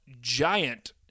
giant